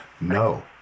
No